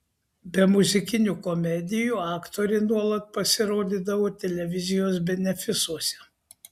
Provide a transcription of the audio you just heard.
be muzikinių komedijų aktorė nuolat pasirodydavo televizijos benefisuose